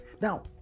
Now